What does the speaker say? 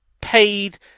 paid